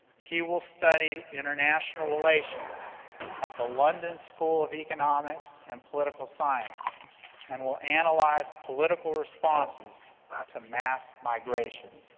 he will study international relations at the london school of economics and political science and will analyze political responses to mass migration.